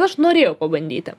aš norėjau pabandyti